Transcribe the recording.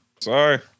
Sorry